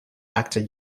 actor